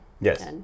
Yes